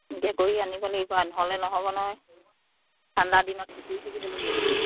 এনেকে কৰি আনিব লাগিব আৰু নহ'লে নহ'ব নহয় ঠাণ্ডা দিনত নহ'লে